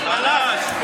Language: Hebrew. חלש.